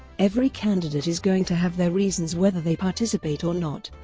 every candidate is going to have their reasons whether they participate or not,